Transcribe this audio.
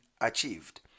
achieved